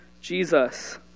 Jesus